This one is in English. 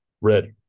Red